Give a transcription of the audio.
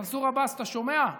מנסור עבאס, אתה שומע?